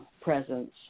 presence